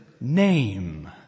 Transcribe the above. name